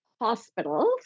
hospitals